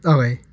Okay